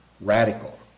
radical